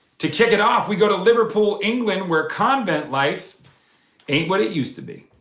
to kick it off, we go to liverpool, england, where convent life ain't what it used to be.